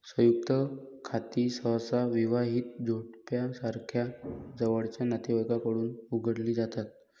संयुक्त खाती सहसा विवाहित जोडप्यासारख्या जवळच्या नातेवाईकांकडून उघडली जातात